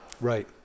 Right